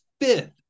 fifth